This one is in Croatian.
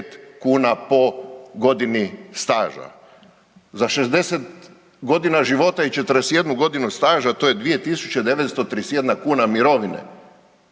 kuna po godini staža. Za 60 godina života i 41 godinu staža to je 2.931 kuna mirovine.